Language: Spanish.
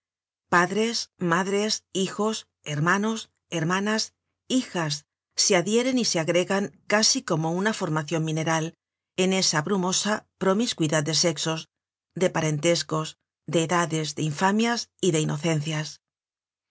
padres madres hijos hermanos hermanas hijas se adhieren y se agregan casi como una formacion mineral en esa brumosa promiscuidad de sexos de parentescos de edades de infamias y de inocencias